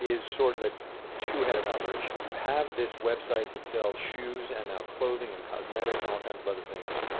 is sort of a two-headed operation. you have this website that sells shoes and now clothing and cosmetics and all kinds of other things,